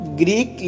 greek